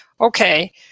okay